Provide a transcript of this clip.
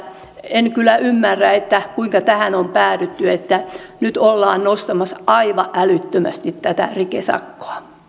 en kyllä ymmärrä kuinka tähän on päädytty että nyt ollaan nostamassa aivan älyttömästi tätä rikesakkoa